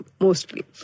mostly